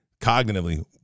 cognitively